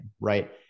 right